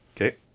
Okay